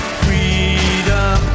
freedom